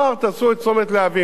מאחר שאני לא חושב שזה מספיק,